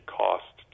cost